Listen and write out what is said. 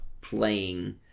playing